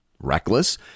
reckless